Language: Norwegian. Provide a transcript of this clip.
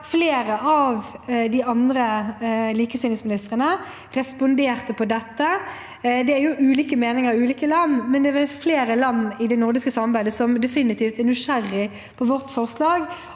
Flere av de andre likestillingsministrene responderte da på dette. Det er ulike meninger i ulike land, men det er flere land i det nordiske samarbeidet som defini tivt er nysgjerrige på vårt forslag,